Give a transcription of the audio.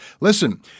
Listen